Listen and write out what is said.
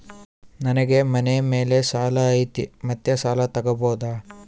ನನಗೆ ಮನೆ ಮೇಲೆ ಸಾಲ ಐತಿ ಮತ್ತೆ ಸಾಲ ತಗಬೋದ?